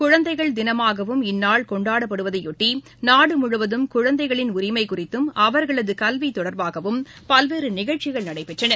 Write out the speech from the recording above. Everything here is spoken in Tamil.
குழந்தைகள் தினமாகவும் இந்நாள் கொண்டாடப்படுவதையொட்டிநாடுமுழுவதும் குழந்தைகளின் உரிமைகுறித்தும் அவர்களதுகல்விதொடர்பாகவும் பல்வேறுநிகழ்ச்சிகள் நடைபெற்றன